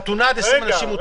חתונה עד 20 אנשים מותר.